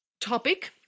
topic